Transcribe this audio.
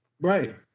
Right